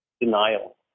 Denial